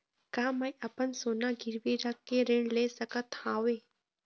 का मैं अपन सोना गिरवी रख के ऋण ले सकत हावे?